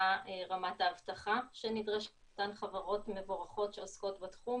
מה רמת האבטחה שנדרשת מאותן חברות מבורכות שעוסקות בתחום